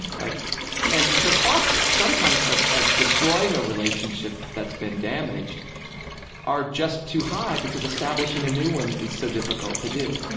right? mm-hmm and the costs sometimes of of destroying a relationship that's been damaged are just too high because establishing a new one is so difficult to do.